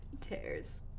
tears